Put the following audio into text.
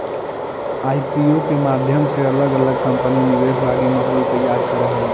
IPO के माध्यम से अलग अलग कंपनि निवेश लगी माहौल तैयार करऽ हई